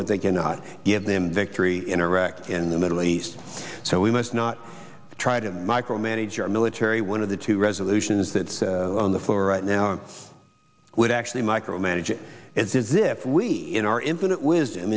what they can not give them victory in iraq in the middle east so we must not try to micromanager military one of the two resolutions that are on the floor right now would actually micromanage it is if we in our infinite wisdom